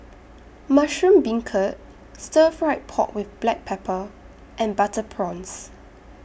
Mushroom Beancurd Stir Fried Pork with Black Pepper and Butter Prawns